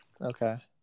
Okay